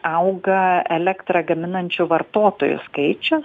auga elektrą gaminančių vartotojų skaičius